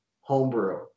homebrew